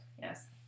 Yes